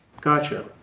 gotcha